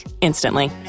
instantly